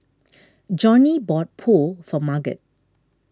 Johnnie bought Pho for Marget